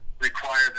require